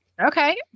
Okay